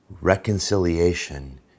Reconciliation